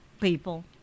people